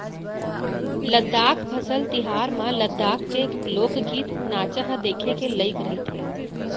लद्दाख फसल तिहार म लद्दाख के लोकगीत, नाचा ह देखे के लइक रहिथे